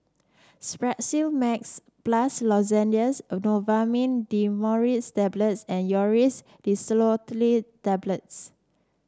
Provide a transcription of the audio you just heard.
Strepsils Max Plus Lozenges Novomin Dimenhydrinate Tablets and Aerius DesloratadineTablets